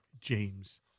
James